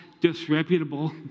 disreputable